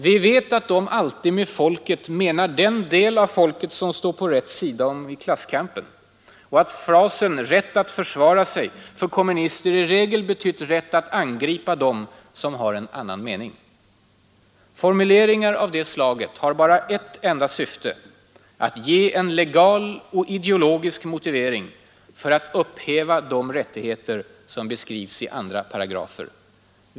Vi vet att de alltid med ”folket” menar den del av folket som står på rätt sida i klasskampen, att frasen ”rätt att försvara sig” för kommunister i regel betytt rätt att angripa dem som har en annan mening. Formuleringar av det slaget har bara ett syfte: att ge en legal och ideologisk motivering för att upp iva de rättigheter som beskrivs i andra paragrafer.